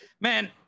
man